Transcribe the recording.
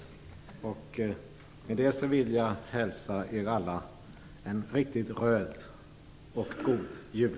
Med detta vill jag önska er alla en riktigt röd och god jul.